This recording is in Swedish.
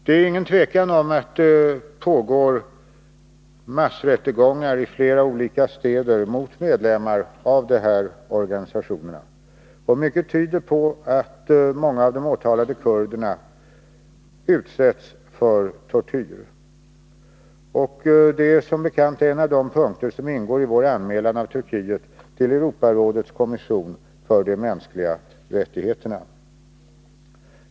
Det är inget tvivel om att det pågår massrättegångar i flera olika städer mot medlemmar av de aktuella organisationerna, och mycket tyder på att många av de åtalade kurderna utsätts för tortyr. Detta är som bekant en av de punkter som ingår i vår anmälan mot Turkiet till Europarådets kommission för de mänskliga rättigheterna.